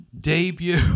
debut